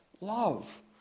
love